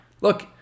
look